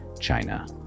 China